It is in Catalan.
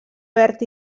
verd